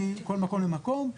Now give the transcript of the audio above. מכל מקום למקום.